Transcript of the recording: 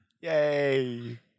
Yay